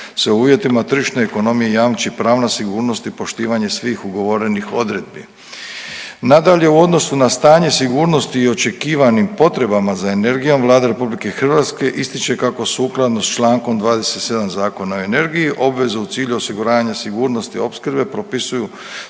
uvjetima tržišne ekonomije jamči pravo na sigurnost i poštivanje svih ugovorenih odredbi. Nadalje, u odnosu na stanje sigurnosti i očekivanim potrebama za energijom Vlada RH ističe kako sukladno s Člankom 27. Zakona o energiji obvezu u cilju osiguranja sigurnosti opskrbe propisuju